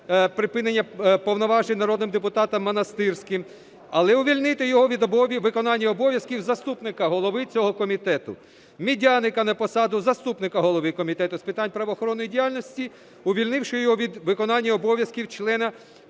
припинення повноважень народним депутатом Монастирським. Але увільнити його від виконання обов'язків заступника голови цього комітету. Медяника на посаду заступника голови Комітету з питань правоохоронної діяльності, увільнивши його від виконання обов'язків члена